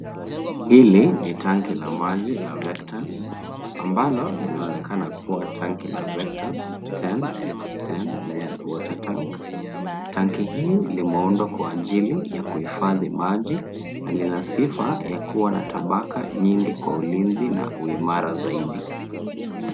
Hili ni tanki la maji la Vectus, ambalo linaonekana kuwa tanki la Vectus Ten-X-10 Layer Water Tank . Tanki hili limeundwa kuwa ajili ya kuhifadhi maji na linasifa ya kuwa na tabaka nyingi kwa ulinzi na uimara zaidi.